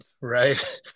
Right